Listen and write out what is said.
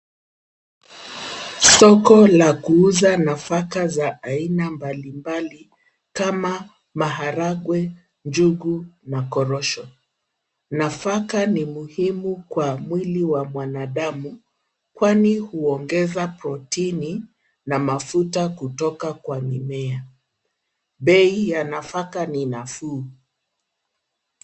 Soko la kuuza nafaka za aina mbali mbali kama maharagwe , njungu na korosho. Nafaka ni muhimu kwa mwili wa mwanadamu kwani uongeza proteni na mafuta kutoka kwa mimea. Bei ya nafaka ni nafu.